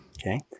Okay